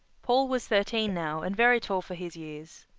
paul was thirteen now and very tall for his years.